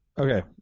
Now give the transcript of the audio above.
okay